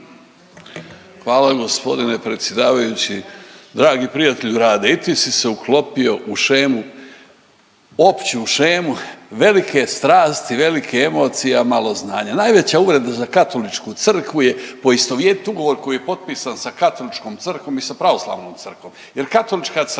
Hvala g. predsjedavajući. Dragi prijatelju Rade, i ti si se uklopio u šemu, opću šemu velike strasti i velike emocije, a malo znanja. Najveća uvreda za Katoličku crkvu je poistovjetit ugovor koji je potpisan sa Katoličkom crkvom i sa Pravoslavnom crkvom jer Katolička crkva